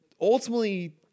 ultimately